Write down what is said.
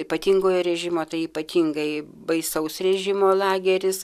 ypatingojo režimo tai ypatingai baisaus režimo lageris